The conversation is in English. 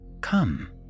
Come